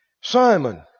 Simon